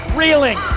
reeling